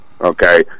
Okay